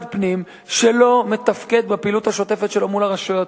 פנים שלא מתפקד בפעילות השוטפת שלו מול הרשויות.